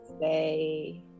say